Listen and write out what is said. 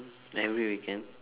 every weekend